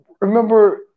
remember